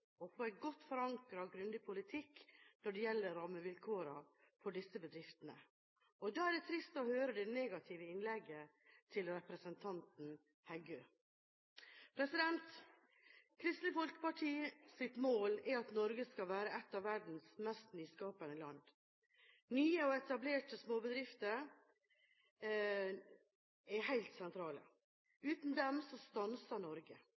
få en godt forankret og grundig politikk når det gjelder rammevilkårene for disse bedriftene. Da er det trist å høre det negative innlegget til representanten Heggø. Kristelig Folkepartis mål er at Norge skal være et av verdens mest nyskapende land. Nye og etablerte småbedrifter er helt sentrale – uten dem stanser Norge. Det er i de små